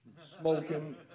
smoking